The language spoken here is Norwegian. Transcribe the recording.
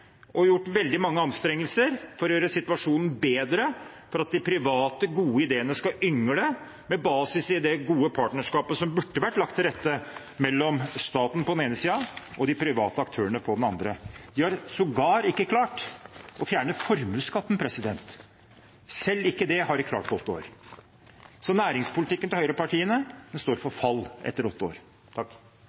gjort veldig mange anstrengelser for å gjøre situasjonen bedre, for at de private, gode ideene skal yngle med basis i det gode partnerskapet som burde vært lagt til rette mellom staten på den ene siden og de private aktørene på den andre. De har sågar ikke klart å fjerne formuesskatten. Selv ikke det har de klart på åtte år. Næringspolitikken til høyrepartiene står for fall etter åtte år.